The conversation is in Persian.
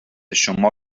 شما